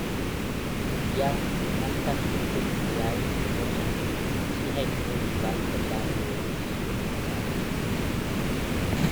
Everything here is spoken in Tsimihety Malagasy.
Ia! Mahakasika ny kôlibria io ohatran'ny tsy haiko zany le valiny satria aminay ao tsisy kôlibria io.